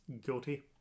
Guilty